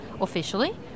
officially